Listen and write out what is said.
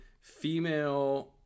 female